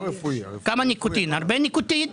הרבה ניקוטין?